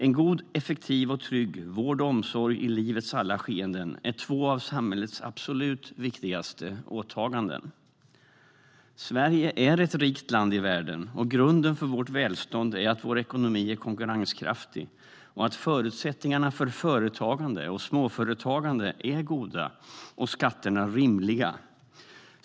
En god, effektiv och trygg vård och omsorg i livets alla skeenden är två av samhällets absolut viktigaste åtaganden. Sverige är ett rikt land i världen, och grunden för vårt välstånd är att vår ekonomi är konkurrenskraftig, att förutsättningarna för företagande och småföretagande är goda och att skatterna är rimliga.